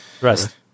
Rest